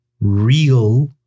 real